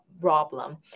problem